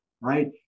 right